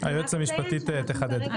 היועצת המשפטית תחדד.